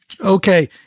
Okay